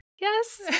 Yes